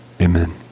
Amen